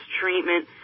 treatment